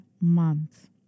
month